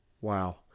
Wow